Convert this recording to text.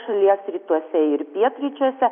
šalies rytuose ir pietryčiuose